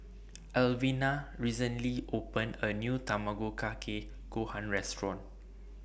Evelena recently opened A New Tamago Kake Gohan Restaurant